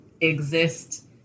exist